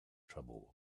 trouble